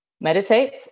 meditate